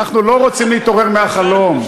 אנחנו לא רוצים להתעורר מהחלום.